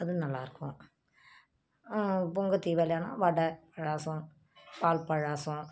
அதுவும் நல்லாயி ருக்கும் பொங்கல் தீபாவளியானா வடை ரசம் பால் பழாசம்